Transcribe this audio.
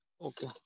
Okay